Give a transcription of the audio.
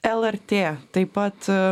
lrt taip pat